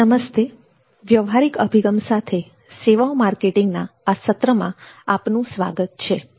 નમસ્તે વ્યવહારિક અભિગમ સાથે સેવાઓ માર્કેટિંગના આ સત્રમાં આપનું સ્વાગત છે